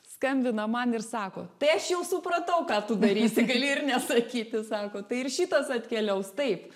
skambina man ir sako tai aš jau supratau ką tu darysi gali ir nesakyti sako tai ir šitas atkeliaus taip